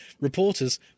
Reporters